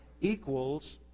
equals